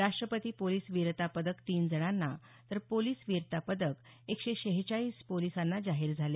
राष्ट्रपती पोलिस वीरता पदक तीन जणांना तर पोलिस वीरता पदक एकशे शेहेचाळीस पोलिसांना जाहीर झाले